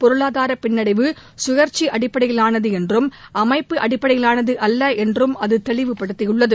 பொருளாதார பின்னடைவு கழற்சி அடிப்படையிலாளது என்றும் அமைப்பு அடிப்படையிலாளது அல்ல என்றும் அது தெளிவுப்படுத்தியுள்ளது